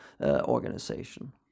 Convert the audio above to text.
organization